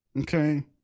Okay